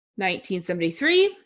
1973